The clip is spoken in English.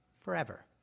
forever